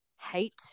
Hate